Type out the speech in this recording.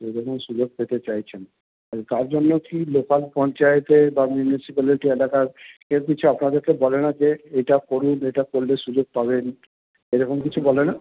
এই রকম সুযোগ পেতে চাইছেন তার জন্য কী লোকাল পঞ্চায়েতে বা মিউনিসিপ্যালিটি এলাকায় এর কিছু আপনাদেরকে বলে না যে এটা করুন এটা করলে সুযোগ পাবেন এই রকম কিছু বলে না